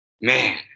man